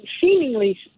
seemingly